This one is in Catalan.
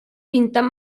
pintant